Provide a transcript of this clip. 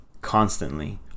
constantly